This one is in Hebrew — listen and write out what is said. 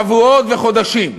שבועות וחודשים.